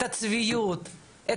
את הצביעות,